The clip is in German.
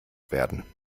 werden